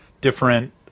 different